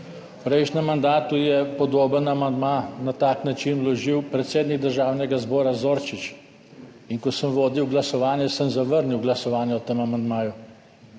prejšnjem mandatu je podoben amandma na tak način vložil predsednik Državnega zbora Zorčič, in ko sem vodil glasovanje, sem zavrnil glasovanje o tem amandmaju,